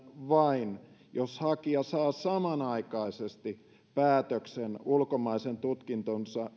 vain jos hakija saa samanaikaisesti päätöksen ulkomaisen tutkintonsa